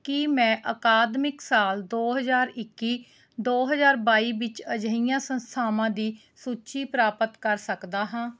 ਕੀ ਮੈਂ ਅਕਾਦਮਿਕ ਸਾਲ ਦੋ ਹਜ਼ਾਰ ਇੱਕੀ ਦੋ ਹਜ਼ਾਰ ਬਾਈ ਵਿੱਚ ਅਜਿਹੀਆਂ ਸੰਸਥਾਵਾਂ ਦੀ ਸੂਚੀ ਪ੍ਰਾਪਤ ਕਰ ਸਕਦਾ ਹਾਂ